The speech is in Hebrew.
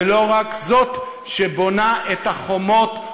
ולא רק זאת שבונה את החומות,